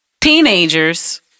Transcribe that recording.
teenagers